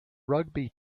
rugby